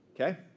Okay